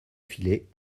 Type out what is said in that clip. filet